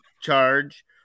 charge